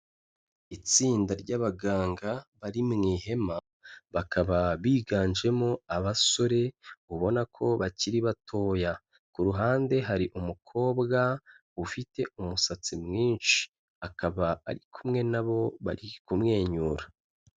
Itsinda ry'abaganga bari mu ihema, bakaba biganjemo abasore, ubona ko bakiri batoya, ku ruhande hari umukobwa ufite umusatsi mwinshi, akaba ari kumwe nabo, bari kumwenyura.